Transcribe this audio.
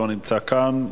לא נמצא כאן,